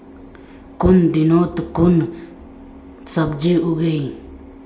कुन दिनोत कुन सब्जी उगेई?